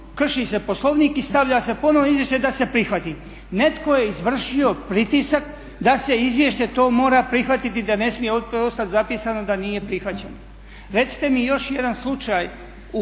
krši se Poslovnik i stavlja se ponovno izvješće da se prihvati. Netko je izvršio pritisak da se izvješće to mora prihvatiti da ne smije ostati zapisano da nije prihvaćeno. Recite mi još jedan slučaj